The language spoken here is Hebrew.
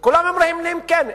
וכולם אומרים להם: כן.